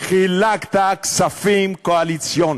חילקת כספים קואליציוניים.